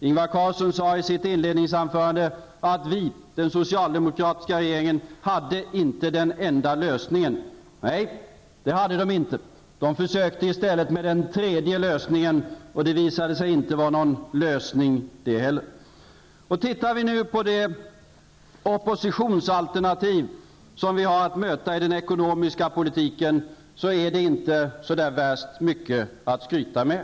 Ingvar Carlsson sade i sitt inledningsanförande att den socialdemokratiska regeringen hade inte den enda lösningen. Nej, det hade den inte. Den försökte i stället med den tredje lösningen, och det visade sig inte vara någon lösning det heller. Det oppositionsalternativ som vi har att möta i den ekonomiska politiken är inte så där värst mycket att skryta med.